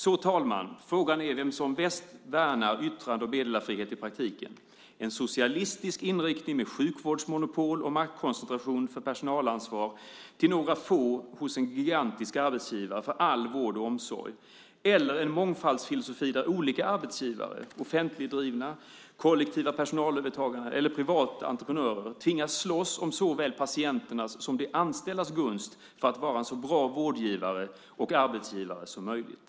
Så, fru talman, frågan är vem som bäst värnar yttrande och meddelarfrihet i praktiken: en socialistisk inriktning med sjukvårdsmonopol och maktkoncentration beträffande personalansvar till några få hos en gigantisk arbetsgivare för all vård och omsorg eller en mångfaldsfilosofi där olika arbetsgivare - offentligdrivna vård och omsorgsgivare, kollektiva personalövertaganden eller privata entreprenörer - tvingas slåss om såväl patienternas som de anställdas gunst för att vara en så bra vårdgivare och arbetsgivare som möjligt.